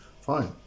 fine